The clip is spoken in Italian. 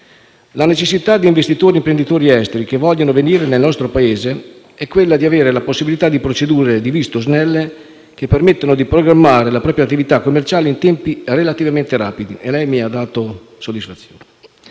La necessità di investitori e imprenditori esteri che vogliono venire nel nostro Paese è quella di avere la possibilità di procedure di visto snelle che permettano di programmare la propria attività commerciale in tempi relativamente rapidi, e su questo lei mi ha dato soddisfazione.